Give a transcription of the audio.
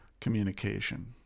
communication